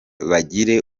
bagire